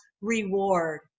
reward